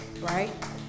right